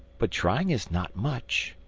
but trying is not much.